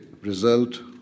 result